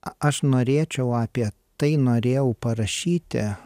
aš norėčiau apie tai norėjau parašyti